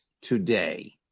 today